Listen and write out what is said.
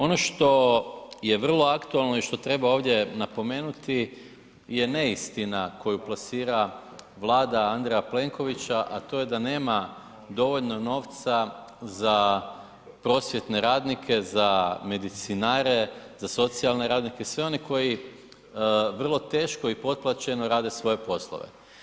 Ono što je vrlo aktualno i što treba ovdje napomenuti je neistina koju plasira Vlada Andreja Plenkovića, a to je da nema dovoljno novca za prosvjetne radnike, za medicinare, za socijalne radnike i sve oni koji vrlo teško i potplaćeno rade svoje poslove.